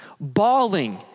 bawling